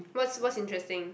what's what's interesting